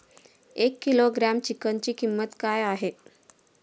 एक किलोग्रॅम चिकनची किंमत काय आहे?